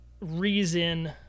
reason